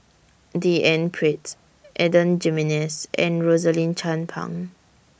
D N Pritt Adan Jimenez and Rosaline Chan Pang